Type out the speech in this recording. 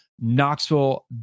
Knoxville